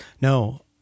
No